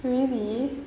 really